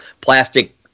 plastic